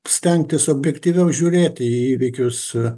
stengtis objektyviau žiūrėti į įvykius